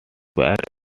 secured